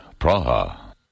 Praha